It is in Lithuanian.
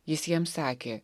jis jiems sakė